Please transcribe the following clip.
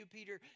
Peter